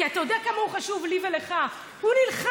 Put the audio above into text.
כי אתה יודע כמה הוא חשוב לי ולך: הוא נלחם,